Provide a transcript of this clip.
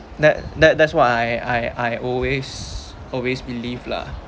that that's what I I always always believe lah